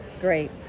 Great